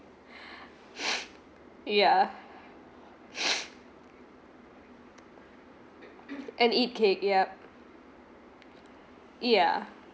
yeah and eat cake yup ya